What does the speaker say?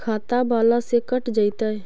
खाता बाला से कट जयतैय?